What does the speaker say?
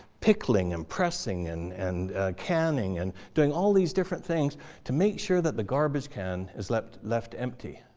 pickling and pressing and and canning and doing all these different things to make sure that the garbage can is left left empty.